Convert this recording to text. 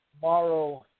tomorrow